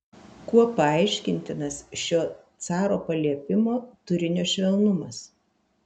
kuo paaiškintinas šio caro paliepimo turinio švelnumas